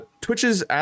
Twitch's